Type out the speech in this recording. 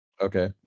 Okay